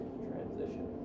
transition